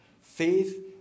Faith